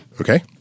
Okay